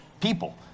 people